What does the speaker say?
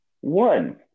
One